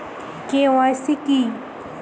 KYC কি?